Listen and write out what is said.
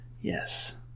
Yes